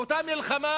באותה מלחמה